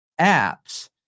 apps